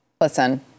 Listen